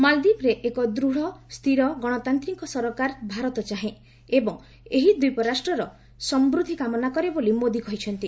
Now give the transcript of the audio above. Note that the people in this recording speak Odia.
ମାଳଦ୍ୱୀପରେ ଏକ ଦୃଢ଼ ସ୍ଥିର ଗଣତାନ୍ତ୍ରିକ ସରକାର ଭାରତ ଚାହେଁ ଏବଂ ଏହି ଦ୍ୱୀପରାଷ୍ଟ୍ରର ସମୃଦ୍ଧି କାମନା କରେ ବୋଲି ମୋଦି କହିଛନ୍ତି